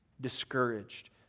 discouraged